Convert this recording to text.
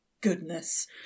goodness